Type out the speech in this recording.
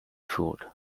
fooled